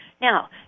Now